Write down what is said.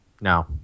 No